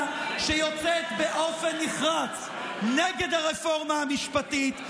שיוצאת באופן נחרץ נגד הרפורמה המשפטית.